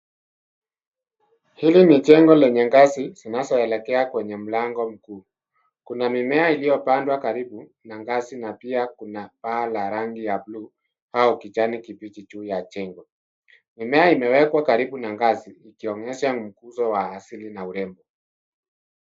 Hili ni jengo lenye ngazi zinazoelekea kwenye mlango mkuu. Kuna mimea iliyopandwa karibu na ngazi na pia kuna paa la rangi ya bluu au kijani kibichi juu ya jengo. Mimea imewekwa karibu na ngazi ikionyesha mguso wa asili na urembo.